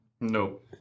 Nope